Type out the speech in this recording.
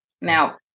Now